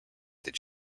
that